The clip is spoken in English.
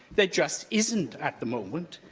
there just isn't at the moment.